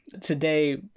today